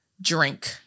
drink